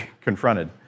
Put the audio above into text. confronted